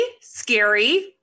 Scary